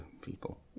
people